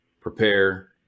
prepare